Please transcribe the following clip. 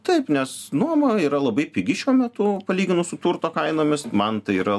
taip nes nuoma yra labai pigi šiuo metu palyginus su turto kainomis man tai yra